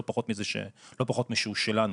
לא פחות משהוא שלנו,